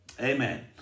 Amen